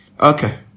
okay